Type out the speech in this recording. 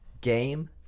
Game